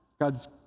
God's